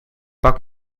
pak